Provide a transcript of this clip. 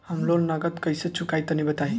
हम लोन नगद कइसे चूकाई तनि बताईं?